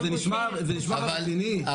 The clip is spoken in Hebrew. זה נשמע לך רציני?